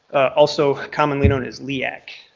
also commonly known as leaic.